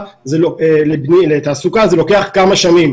שהרי אנחנו שליחי ציבור.